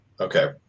Okay